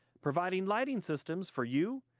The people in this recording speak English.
providing lighting systems for you,